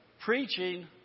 Preaching